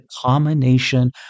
combination